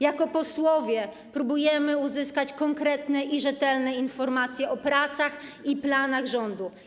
Jako posłowie próbujemy uzyskać konkretne i rzetelne informacje o pracach i planach rządu.